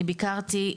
אני ביקרתי,